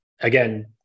again